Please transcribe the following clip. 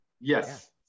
Yes